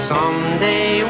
Someday